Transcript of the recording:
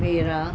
ਮੇਰਾ